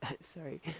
Sorry